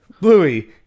Bluey